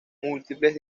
múltiples